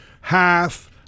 half